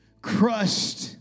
crushed